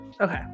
Okay